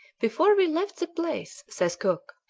before we left the place, says cook,